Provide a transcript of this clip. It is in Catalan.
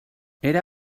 era